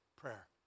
prayer